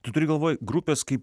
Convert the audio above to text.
tu turi galvoj grupės kaip